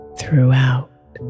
throughout